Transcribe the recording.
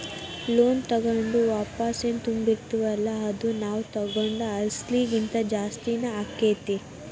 loan ತಗೊಂಡು ವಾಪಸೆನ್ ತುಂಬ್ತಿರ್ತಿವಲ್ಲಾ ಅದು ನಾವ್ ತಗೊಂಡ್ ಅಸ್ಲಿಗಿಂತಾ ಜಾಸ್ತಿನ ಆಕ್ಕೇತಿ